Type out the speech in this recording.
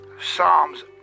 Psalms